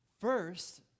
first